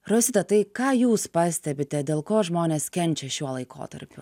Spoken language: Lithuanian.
rosita tai ką jūs pastebite dėl ko žmonės kenčia šiuo laikotarpiu